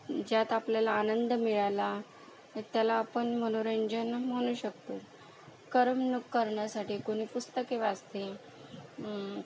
ज्यात आपल्याला आनंद मिळाला त्याला आपण मनोरंजन म्हणू शकतो करमणूक करण्यासाठी कोणी पुस्तके वाचते